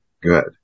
good